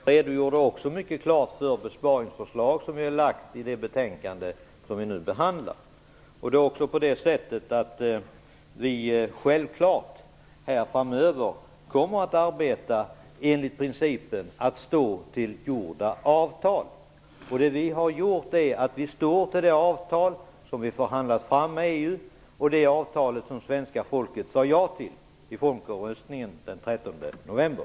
Fru talman! Jag redogjorde också mycket klart för besparingsförslag som vi har lagt fram i det betänkande som vi nu behandlar. Framöver kommer vi självfallet att arbeta enligt principen att stå för ingångna avtal. Vi står för det avtal som vi har förhandlat fram med EU, det avtal som svenska folket sade ja till i folkomröstningen den 13 november.